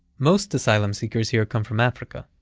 most asylum seekers here come from africa,